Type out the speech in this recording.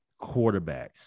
quarterbacks